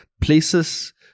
places